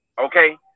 okay